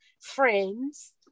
friends